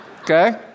Okay